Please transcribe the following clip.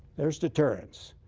there's deterrence.